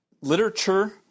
literature